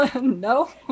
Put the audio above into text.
No